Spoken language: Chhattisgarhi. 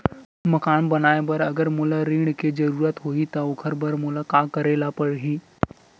मकान बनाये बर अगर मोला ऋण के जरूरत होही त ओखर बर मोला का करे ल पड़हि?